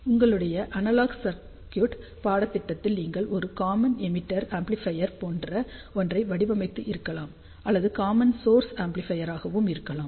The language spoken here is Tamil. உங்களுடைய அனலாக் சர்க்யூட் பாடத்திட்டத்தில் நீங்கள் ஒரு காமன் எமீட்டர் ஆம்ப்ளிஃபையர் போன்ற ஒன்றை வடிவமைத்து இருக்கலாம் அல்லது காமன் சோர்ஸ் ஆம்ப்ளிபையர் ஆகவும் இருக்கலாம்